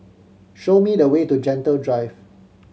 show me the way to Gentle Drive